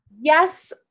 Yes